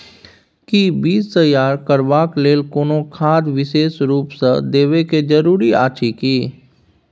कि बीज तैयार करबाक लेल कोनो खाद विशेष रूप स देबै के जरूरी अछि की?